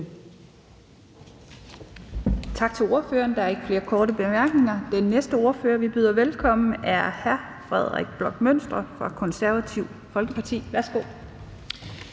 Tak til ordføreren. Der er ikke flere korte bemærkninger. Den næste ordfører, vi byder velkommen, er hr. Frederik Bloch Münster fra Det Konservative Folkeparti. Værsgo.